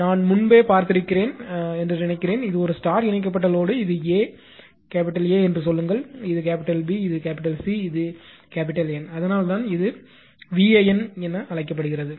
நான் முன்பே பார்த்திருக்கிறேன் என்று நினைக்கிறேன் இது ஒரு ஸ்டார் இணைக்கப்பட்ட லோடு இது A என்று சொல்லுங்கள் இது B இது C இது N அதனால்தான் இது VAN என அழைக்கப்படுகிறது